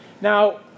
Now